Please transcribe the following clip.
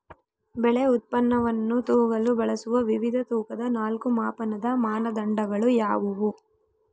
ಬೆಳೆ ಉತ್ಪನ್ನವನ್ನು ತೂಗಲು ಬಳಸುವ ವಿವಿಧ ತೂಕದ ನಾಲ್ಕು ಮಾಪನದ ಮಾನದಂಡಗಳು ಯಾವುವು?